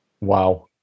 Wow